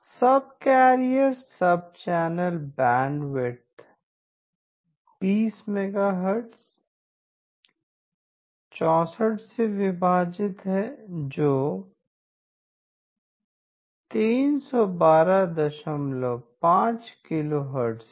subcarrier sub channel bandwidth 20 megahertz 64 से विभाजित है जो 3125 kHz है